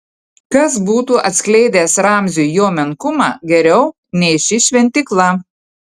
kas būtų atskleidęs ramziui jo menkumą geriau nei ši šventykla